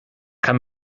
kann